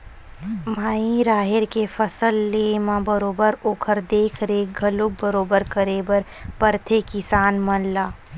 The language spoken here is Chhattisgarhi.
माई राहेर के फसल लेय म बरोबर ओखर देख रेख घलोक बरोबर करे बर परथे किसान मन ला